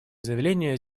заявление